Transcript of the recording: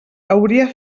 hauria